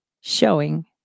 showing